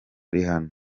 rihanna